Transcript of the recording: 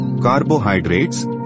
carbohydrates